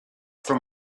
from